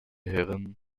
herren